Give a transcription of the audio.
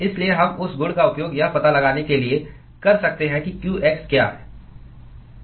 इसलिए हम उस गुण का उपयोग यह पता लगाने के लिए कर सकते हैं कि qx क्या है